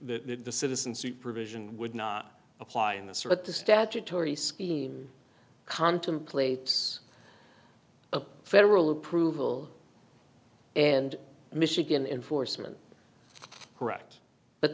the citizen supervision would not apply in this or what the statutory scheme contemplates of federal approval and michigan enforcement correct but